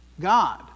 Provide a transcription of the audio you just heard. God